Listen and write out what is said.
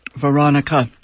Veronica